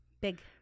big